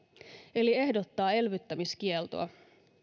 eli ehdottaa elvyttämiskieltoa